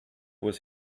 was